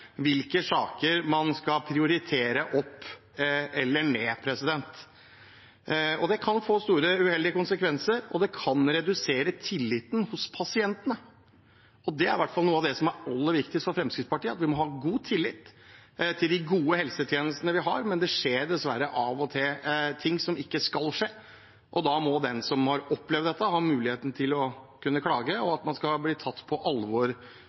hvilke saker man skal prioritere opp eller ned. Det kan få store, uheldige konsekvenser, og det kan redusere tilliten hos pasientene, og det er i hvert fall noe av det som er aller viktigst for Fremskrittspartiet: at vi må ha god tillit til de gode helsetjenestene vi har. Men det skjer dessverre av og til ting som ikke skal skje, og da må den som har opplevd dette, ha muligheten til å kunne klage, og man skal bli tatt på alvor